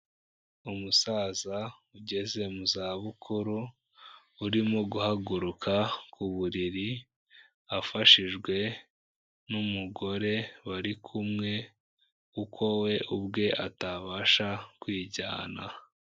Umusaza ugeze mu za bukuru, urimo guhaguruka ku buriri, afashijwe n'umugore bari kumwe kuko we ubwe atabasha kwijyana.